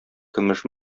көмеш